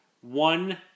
One